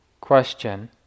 question